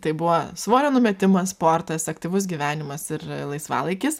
tai buvo svorio numetimas sportas aktyvus gyvenimas ir laisvalaikis